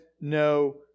no